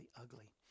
ugly